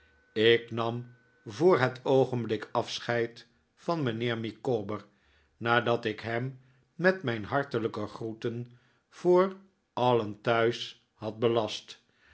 ik nam voor het oogenblik afscheid van mijnheer micawber nadat ik hem met mijn hartelijke groeten voor alien thuis had belast